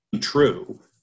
true